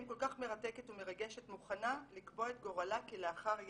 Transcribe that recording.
כל כך מרתקת ומרגשת מוכנה לקבוע את גורלה כלאחר יד?